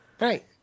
Right